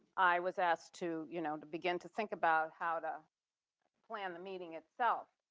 i was asked to you know to begin to think about how to plan the meeting itself.